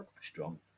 Strong